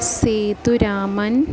Seturaman